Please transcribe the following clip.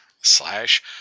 Slash